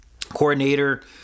Coordinator